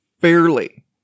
fairly